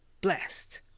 blessed